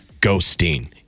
ghosting